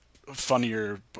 Funnier